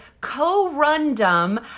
corundum